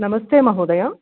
नमस्ते महोदय